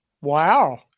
Wow